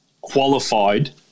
qualified